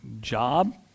job